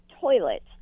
toilet